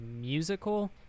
musical